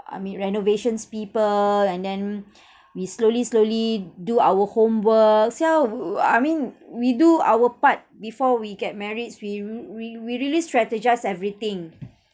I mean renovations people and then we slowly slowly do our homework see how uh I mean we do our part before we get marrieds we we we really strategise everything